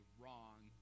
wrong